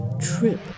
trip